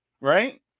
right